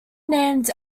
named